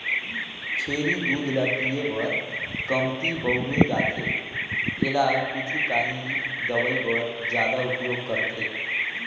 छेरी दूद ल पिए बर कमती बउरे जाथे एला कुछु काही दवई बर जादा उपयोग करथे